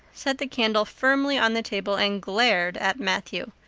set the candle firmly on the table, and glared at matthew.